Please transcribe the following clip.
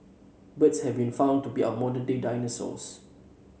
birds have been found to be our modern day dinosaurs